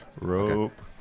Rope